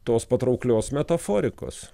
tos patrauklios metaforikos